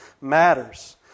matters